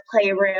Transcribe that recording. playroom